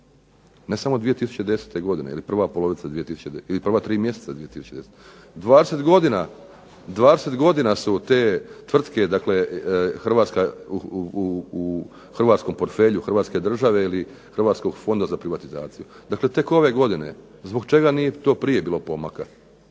Ne samo 2010. godine ili prva tri mjeseca 2010. 20 godina su te tvrtke dakle Hrvatskom portfelju Hrvatske države, ili Hrvatskog fonda za privatizaciju, znači tek ove godine, zbog čega prije nije bilo pomaka.